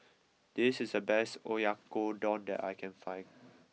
this is the best Oyakodon that I can find